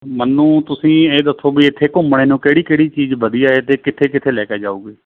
ਮੈਨੂੰ ਤੁਸੀਂ ਇਹ ਦੱਸੋ ਬਈ ਇੱਥੇ ਘੁੰਮਣ ਨੂੰ ਕਿਹੜੀ ਕਿਹੜੀ ਚੀਜ਼ ਵਧੀਆ ਏ ਅਤੇ ਕਿੱਥੇ ਕਿੱਥੇ ਲੈ ਕੇ ਜਾਓਗੇ